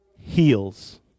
heals